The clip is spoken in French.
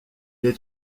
est